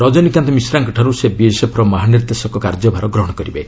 ରଜନୀକାନ୍ତ ମିଶ୍ରାଙ୍କଠାରୁ ସେ ବିଏସ୍ଏଫ୍ର ମହାନିର୍ଦ୍ଦେଶକ କାର୍ଯ୍ୟଭାର ଗ୍ରହଣ କରିବେ